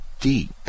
deep